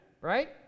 right